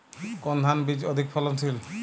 কোন ধান বীজ অধিক ফলনশীল?